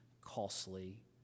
costly